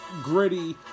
gritty